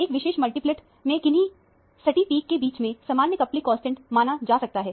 एक इस विशेष मल्टीप्लेट में किन्ही सटी पीक के बीच में सामान्य कपलिंग कांस्टेंट मापा जा सकता है